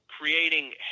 creating